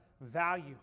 value